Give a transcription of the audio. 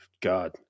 God